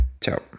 ciao